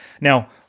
Now